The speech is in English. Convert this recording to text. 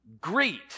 Greet